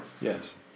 Yes